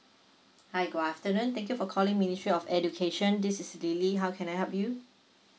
hi good afternoon thank you for calling ministry of education this is lily how can I help you